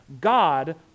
God